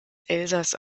elsass